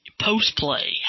Post-play